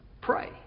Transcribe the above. Pray